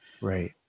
Right